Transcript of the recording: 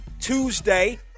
Tuesday